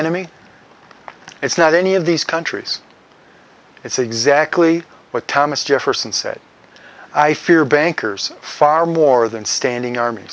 enemy it's not any of these countries it's exactly what thomas jefferson said i fear bankers far more than standing arm